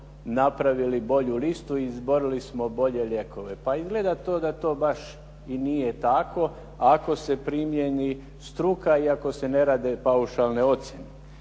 napravili bolju listu i izborili smo bolje lijekove. Pa izgleda to da to baš i nije tako ako se primijeni struka i ako se ne rade paušalne ocjene.